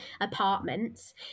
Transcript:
apartments